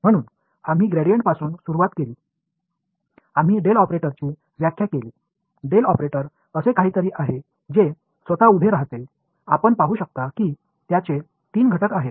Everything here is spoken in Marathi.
म्हणून आम्ही ग्रेडियंटपासून सुरुवात केले आम्ही डेल ऑपरेटरची व्याख्या केली डेल ऑपरेटर असे काहीतरी आहे जे स्वतः उभे राहते आपण पाहू शकता की त्याचे तीन घटक आहेत